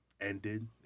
ended